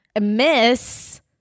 Miss